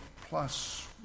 plus